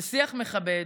של שיח מכבד,